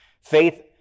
Faith